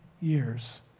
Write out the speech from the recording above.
years